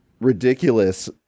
ridiculous